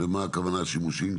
למה הכוונה שימושים?